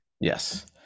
Yes